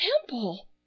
Temple